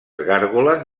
gàrgoles